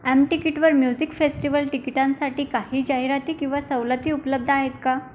am टिकीटवर music festival तिकिटांसाठी काही जाहिराती किंवा सवलती उपलब्ध आहेत का